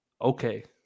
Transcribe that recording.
Okay